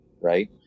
right